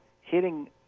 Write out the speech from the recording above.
hitting –